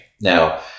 Now